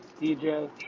DJ